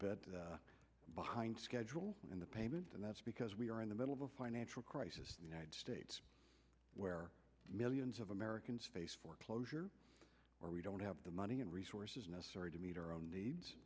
bit behind schedule in the payments and that's because we are in the middle of a financial crisis in the united states where millions of americans face foreclosure or we don't have the money and resources necessary to meet our own needs